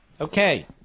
Okay